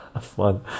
fun